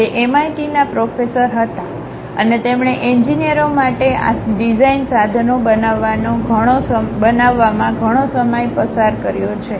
તે એમઆઈટીના પ્રોફેસર હતા અને તેમણે એન્જિનિયરો માટે આ ડિઝાઇન સાધનો બનાવવાની ઘણો સમય પસાર કર્યો છે